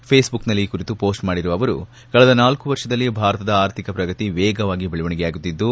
face book ನಲ್ಲಿ ಈ ಕುರಿತು ಪೋಸ್ಟ್ ಮಾಡಿರುವ ಅವರು ಕಳೆದ ನಾಲ್ಕು ವರ್ಷದಲ್ಲಿ ಭಾರತದ ಆರ್ಥಿಕ ಪ್ರಗತಿ ವೇಗವಾಗಿ ಬೆಳವಣಿಗೆಯಾಗುತ್ತಿದ್ದು